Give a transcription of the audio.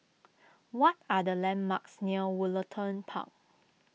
what are the landmarks near Woollerton Park